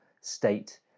state